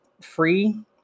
free